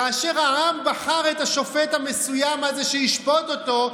כאשר העם בחר את השופט המסוים הזה שישפוט אותו,